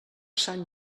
sant